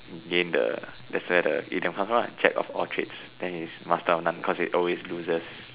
gain the that's where the idiom come from Jack of all trades then he's master of none cause he always loses